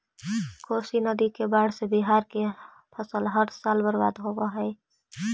कोशी नदी के बाढ़ से बिहार के फसल हर साल बर्बाद होवऽ हइ